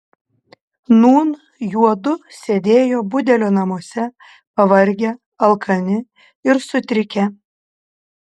nūn juodu sėdėjo budelio namuose pavargę alkani ir sutrikę